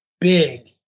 big